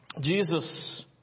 Jesus